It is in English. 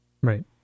right